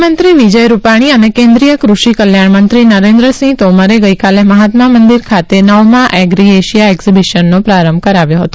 મુખ્યમંત્રી વિજય રૂપાણી અને કેન્દ્રીય કૃષિ કલ્યાણ મંત્રી નરેન્દ્રસિંહ તોમરે ગઈકાલે મહાત્મા મંદિર ખાતે નવમા એગ્રી એશિયા એક્ઝિબિશનનો પ્રારંભ કરાવ્યો હતો